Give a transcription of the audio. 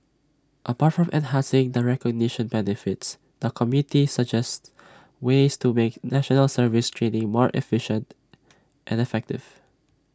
apart from enhancing the recognition benefits the committee suggested ways to make National Service training more efficient and effective